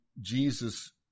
Jesus